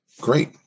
great